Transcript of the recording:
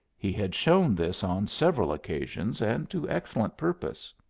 he had shown this on several occasions, and to excellent purpose.